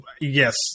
yes